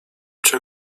cię